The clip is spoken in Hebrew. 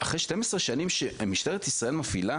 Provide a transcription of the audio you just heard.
אחרי 12 שנים שמשטרת ישראל מפעילה